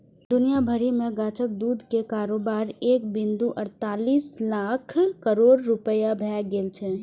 दुनिया भरि मे गाछक दूध के कारोबार एक बिंदु अड़तालीस लाख करोड़ रुपैया भए गेल छै